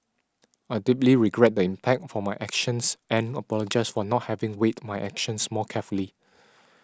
I deeply regret the impact for my actions and apologise for not having weighed my actions more carefully